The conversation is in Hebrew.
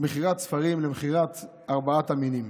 ממכירת ספרים למכירת ארבעת המינים.